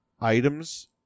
items